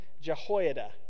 Jehoiada